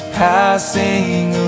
passing